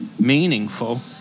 meaningful